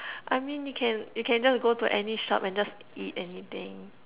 I mean you can you can just go to any shop and just eat anything